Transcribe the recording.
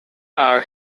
are